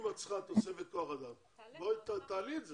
אם את צריכה תוספת כוח אדם, תעלי את זה.